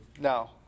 No